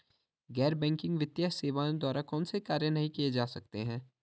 गैर बैंकिंग वित्तीय सेवाओं द्वारा कौनसे कार्य नहीं किए जा सकते हैं?